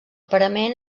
parament